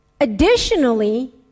Additionally